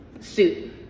suit